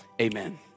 amen